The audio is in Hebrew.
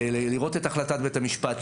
לראות את החלטת בית המשפט,